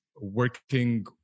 working